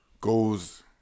goes